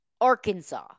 Arkansas